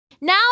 Now